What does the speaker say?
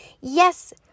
yes